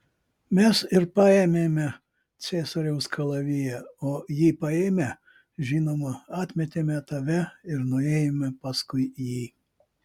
mes ir paėmėme ciesoriaus kalaviją o jį paėmę žinoma atmetėme tave ir nuėjome paskui jį